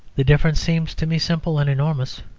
the difference seems to me simple and enormous.